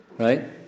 Right